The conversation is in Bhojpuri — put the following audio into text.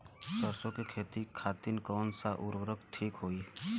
सरसो के खेती खातीन कवन सा उर्वरक थिक होखी?